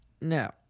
Now